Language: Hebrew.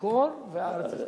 אזכר והארץ אזכר".